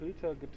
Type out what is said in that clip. filter